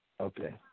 Okay